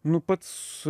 nu pats